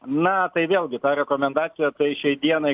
na tai vėlgi ta rekomendacija šiai dienai